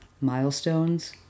milestones